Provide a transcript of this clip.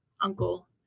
uncle